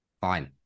fine